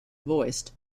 voiced